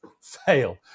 fail